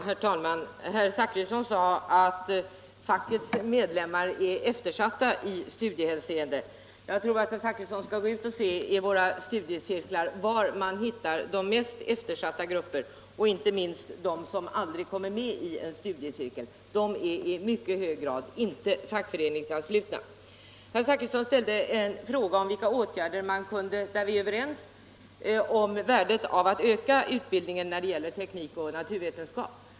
Herr talman! Herr Zachrisson sade att fackets medlemmar är eftersatta i studiehänseende. Jag tycker att herr Zachrisson skall gå ut och se var man hittar de mest eftersatta grupperna i våra studiecirklar och inte minst se på dem som aldrig kommer med i en studiecirkel — de är i mycket stor utsträckning icke fackföreningsanslutna. Vi är överens om värdet av att öka utbildningen när det gäller teknik och naturvetenskap.